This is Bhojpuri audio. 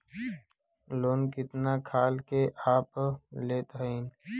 लोन कितना खाल के आप लेत हईन?